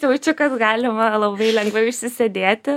jaučiu kad galima labai lengvai užsisėdėti